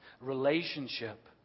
relationship